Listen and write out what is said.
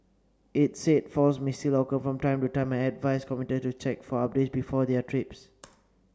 its said faults may still occur from time to time and advised commuters to check for updates before their trips